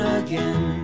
again